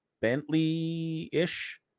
Bentley-ish